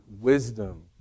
wisdom